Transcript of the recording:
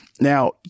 Now